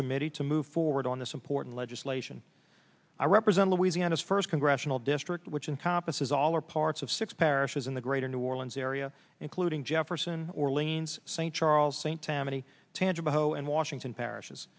committee to move forward on this important legislation i represent louisiana's first congressional district which encompasses all or parts of six parishes in the greater new orleans area including jefferson orleans st charles st tammany tangipahoa and washington parishes